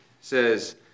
says